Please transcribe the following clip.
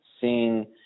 seeing